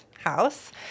house